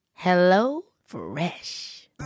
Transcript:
HelloFresh